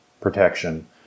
protection